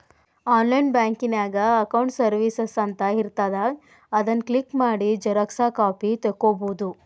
online ಬ್ಯಾಂಕಿನ್ಯಾಗ accounts services ಅಂತ ಇರ್ತಾದ ಅದನ್ ಕ್ಲಿಕ್ ಮಾಡಿ ಝೆರೊಕ್ಸಾ ಕಾಪಿ ತೊಕ್ಕೊಬೋದು